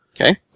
Okay